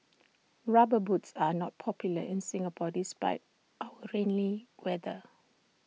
rubber boots are not popular in Singapore despite our rainy weather